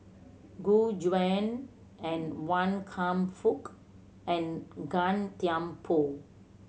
Gu Juan and Wan Kam Fook and Gan Thiam Poh